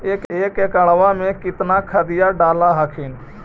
एक एकड़बा मे कितना खदिया डाल हखिन?